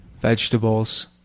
Vegetables